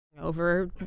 over